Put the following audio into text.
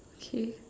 okay